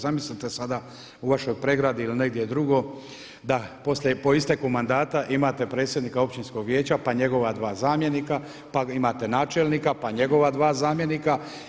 Zamislite sada u vašoj Pregradi ili negdje drugo, da po isteku mandata imate predsjednika općinskog vijeća, pa njegova dva zamjenika, pa imate načelnika, pa njegova dva zamjenika.